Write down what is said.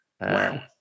wow